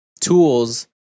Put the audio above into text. tools